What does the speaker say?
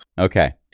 Okay